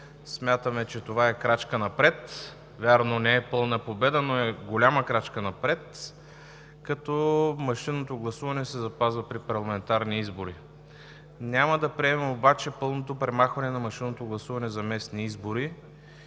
Смятаме, че това е крачка напред – вярно, не е пълна победа, но е голяма крачка напред, като машинното гласуване се запазва при парламентарни избори. Няма да приемем обаче пълното премахване на машинното гласуване за местни избори